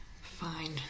Fine